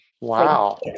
Wow